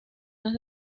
las